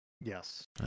yes